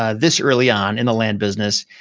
ah this early on, in the land business,